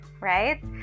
right